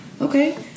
Okay